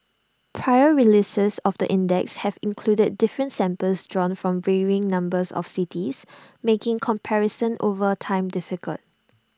prior releases of the index have included different samples drawn from varying numbers of cities making comparison over time difficult